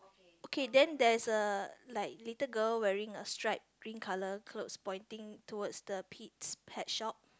okay then there is a like little girl wearing a striped green colour clothes pointing towards the Pete's Pet Shop